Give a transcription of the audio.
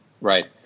Right